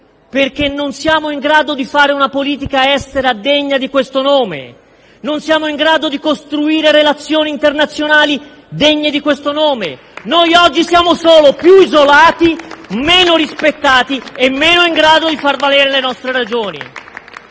perché non siamo in grado di fare una politica estera degna di questo nome; non siamo in grado di costruire relazioni internazionali degne di questo nome. *(Applausi dal Gruppo PD)*. Noi oggi siamo solo più isolati, meno rispettati e meno in grado di far valere le nostre ragioni.